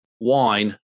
wine